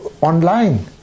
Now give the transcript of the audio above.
online